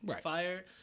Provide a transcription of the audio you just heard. fire